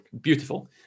beautiful